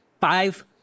five